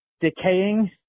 decaying